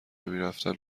نمیرفتن